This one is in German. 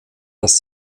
dass